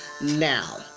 Now